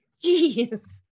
Jeez